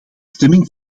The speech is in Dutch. stemming